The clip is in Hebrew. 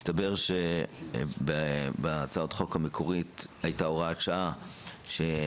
מסתבר שבהצעת החוק המקורית הייתה הוראת שעה שנתנה